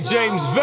James